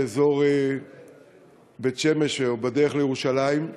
באזור בית-שמש או בדרך לירושלים.